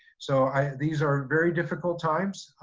so these are very difficult times.